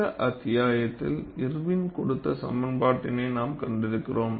இந்த அத்தியாயத்தில் இர்வின் கொடுத்த சமன்பாட்டினை நாம் கண்டிருக்கிறோம்